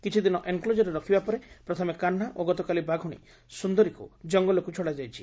କିଛି ଦିନ ଏନ୍ ରଖିବା ପରେ ପ୍ରଥମେ କାହ୍ନା ଓ ଗତକାଲି ବାଘୁଣୀ ସୁନ୍ଦରୀକୁ ଜଙ୍ଙଲକୁ ଛଡ଼ାଯାଇଛି